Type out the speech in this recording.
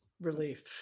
relief